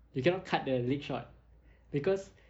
you cannot cut the league short because